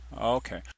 Okay